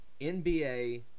NBA